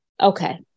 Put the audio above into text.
Okay